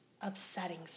upsetting